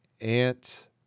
ant